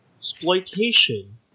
exploitation